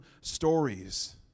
stories